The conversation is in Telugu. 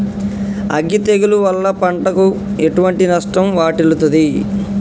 అగ్గి తెగులు వల్ల పంటకు ఎటువంటి నష్టం వాటిల్లుతది?